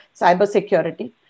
cybersecurity